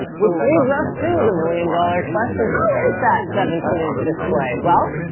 which leads us to the million dollar question how is that seventeen in display? well,